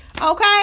Okay